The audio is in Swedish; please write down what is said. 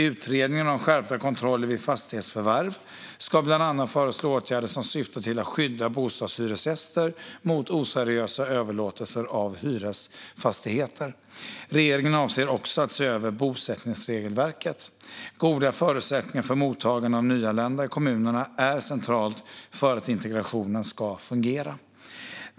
Utredningen om skärpta kontroller vid fastighetsförvärv ska bland annat föreslå åtgärder som syftar till att skydda bostadshyresgäster mot oseriösa överlåtelser av hyresfastigheter. Regeringen avser också att se över bosättningsregelverket. Goda förutsättningar för mottagande av nyanlända i kommunerna är centralt för att integrationen ska fungera.